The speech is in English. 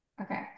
Okay